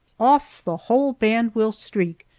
off the whole band will streak,